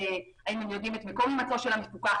אם הם יודעים את מקום הימצאו של המפוקח,